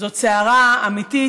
זאת סערה אמיתית.